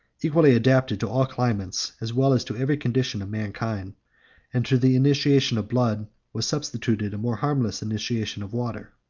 equally adapted to all climates, as well as to every condition of mankind and to the initiation of blood was substituted a more harmless initiation of water.